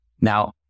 Now